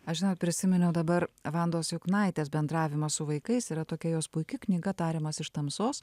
aš žinot prisiminiau dabar vandos juknaitės bendravimą su vaikais yra tokia jos puiki knyga tariamas iš tamsos